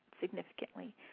significantly